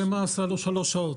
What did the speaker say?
תראה מה עשה לו שלוש שעות.